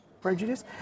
prejudice